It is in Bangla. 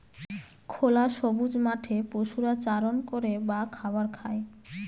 খোলা সবুজ মাঠে পশুরা চারণ করে বা খাবার খায়